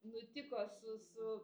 nutiko su su